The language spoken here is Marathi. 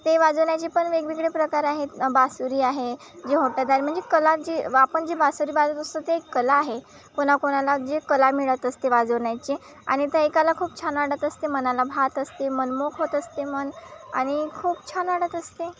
ते वाजवण्याचे पण वेगवेगळे प्रकार आहेत बासरी आहे जे होटदार म्हणजे कला जे आपण जे बासरी वाजत असतो ते एक कला आहे कोणाकोणाला जे कला मिळत असते वाजवण्याचे आणि ते ऐकायला खूप छान वाटत असते मनाला भावत असते मनमोहक होत असते मन आणि खूप छान वाटत असते